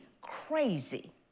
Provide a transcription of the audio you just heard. crazy